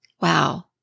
Wow